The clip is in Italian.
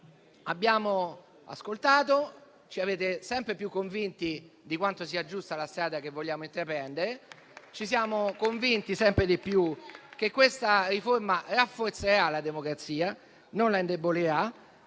abbiamo ascoltato, ma ci avete sempre più convinti di quanto sia giusta la strada che vogliamo intraprendere. Ci siamo convinti sempre di più che questa riforma rafforzerà la democrazia e non la indebolirà.